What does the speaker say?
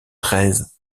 treize